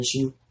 issue